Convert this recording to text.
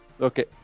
Okay